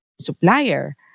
supplier